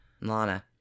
Lana